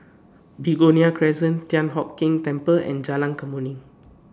Begonia Crescent Thian Hock Keng Temple and Jalan Kemuning